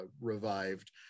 revived